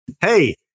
Hey